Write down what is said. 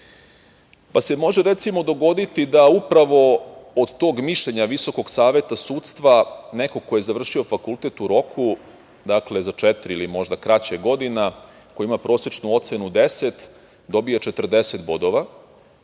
Može se, recimo, dogoditi da upravo od tog mišljena Visokog saveta sudstva neko ko je završio fakultet u roku, dakle za četiri ili možda kraće godina, ko ima prosečnu ocenu 10 dobije 40 bodova,